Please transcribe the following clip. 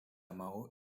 maó